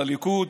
על הליכוד,